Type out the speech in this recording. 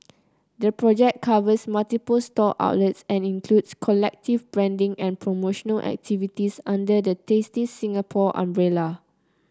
the project covers multiple store outlets and includes collective branding and promotional activities under the Tasty Singapore umbrella